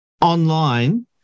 online